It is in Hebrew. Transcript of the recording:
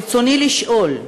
ברצוני לשאול: